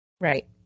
Right